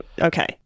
Okay